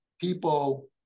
people